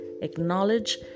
acknowledge